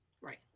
Right